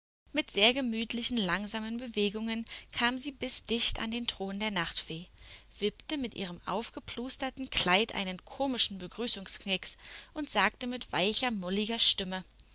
mit sehr gemütlichen langsamen bewegungen kam sie bis dicht an den thron der nachtfee wippte mit ihrem aufgeplusterten kleid einen komischen begrüßungsknicks und sagte mit weicher molliger stimme